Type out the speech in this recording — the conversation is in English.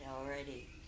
already